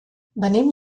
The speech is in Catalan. venim